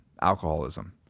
alcoholism